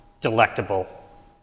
delectable